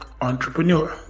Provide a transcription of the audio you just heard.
entrepreneur